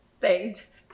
Thanks